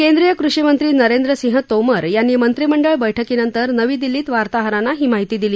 केंद्रीय कृषीमंत्री नरेंद्र सिंह तोमर यांनी मंत्रिमंडळ बैठकीनंतर नवी शिल्लीत वार्ताहरांना ही माहिती शिली